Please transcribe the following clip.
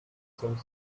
some